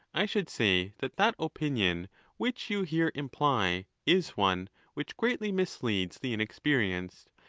i should say that that opinion which you here imply is one which greatly misleads the inexperienced,